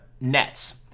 nets